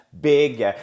big